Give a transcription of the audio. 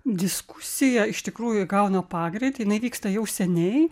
diskusija iš tikrųjų įgauna pagreitį jinai vyksta jau seniai